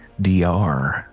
dr